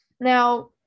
Now